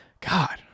god